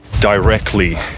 directly